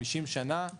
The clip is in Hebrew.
50 שנה קדימה,